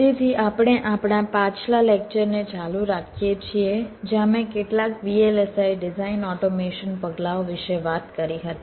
તેથી આપણે આપણા પાછલા લેક્ચર ને ચાલુ રાખીએ છીએ જ્યાં મેં કેટલાક VLSI ડિઝાઈન ઓટોમેશન પગલાંઓ વિશે વાત કરી હતી